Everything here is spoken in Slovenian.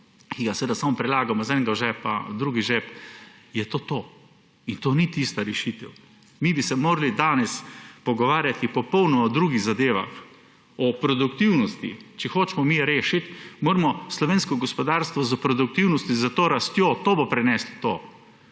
ki ga seveda samo prelagamo iz enega žepa v drugi žep, je to to. In to ni tista rešitev. Mi bi se morali danes pogovarjati o popolnoma drugih zadevah. O produktivnosti. Če hočemo mi rešiti, moramo slovensko gospodarstvo s produktivnostjo, s to rastjo, to bo prineslo to.